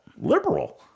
liberal